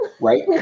Right